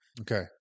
Okay